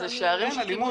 לפעמים יש אלימות.